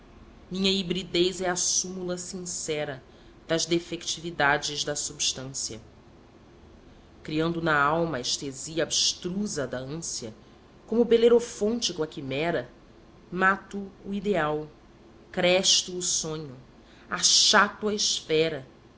minha hibridez é a súmula sincera das defectividades da substância criando na alma a estesia abstrusa da ânsia como belerofonte com a quimera mato o ideal cresto o sonho achato a esfera